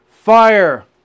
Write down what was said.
fire